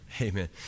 Amen